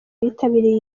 bitabiriye